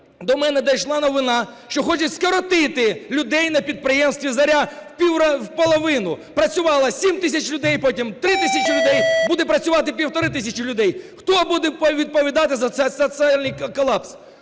до мене дійшла новина, що хочуть скоротити людей на підприємстві "Зоря" вполовину, працювало 7 тисяч людей, потім – 3 тисячі людей, буде працювати 1,5 тисячі людей. Хто буде відповідати за цей соціальний колапс?